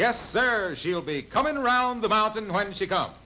yes there she'll be coming around the mountain when she